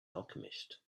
alchemist